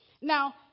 Now